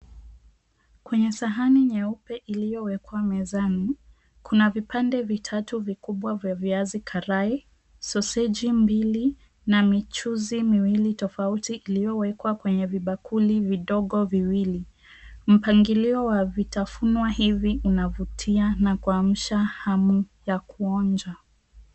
Kwenye sahani nyeupe iliyowekwa mezani kuna vipande vitatu vikubwa vya viazi karai, soseji mbili na michuzi miwili tofauti iliyowekwa kwenye vibakuli vidogo viwili. Mpangilio wa vitafunwa hivi unavutia na kuamsha hamu ya kuonja.